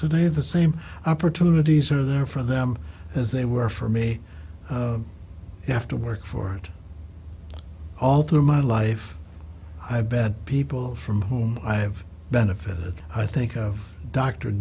today the same opportunities are there for them as they were for me you have to work for it all through my life i bet people from whom i have benefited i think of dr